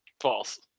false